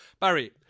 Barry